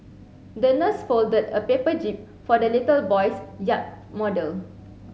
the nurse folded a paper jib for the little boy's yacht model